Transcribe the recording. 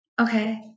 Okay